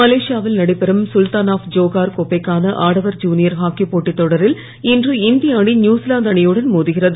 மலேசியாவில் நடைபெறும் Sultan of Johor கோப்பைக்கான ஆடவர் ருனியர் ஹாக்கிப் போட்டித் தொடரில் இன்று இந்திய அணி நியூசிலாந்து அணியுடன் மோதுகிறது